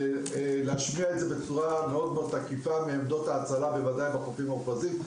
להשמיע את זה בצורה מאוד תקיפה מעמדות ההצלה בוודאי בחופים המוכרזים.